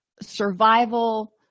survival